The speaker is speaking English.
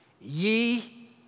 ye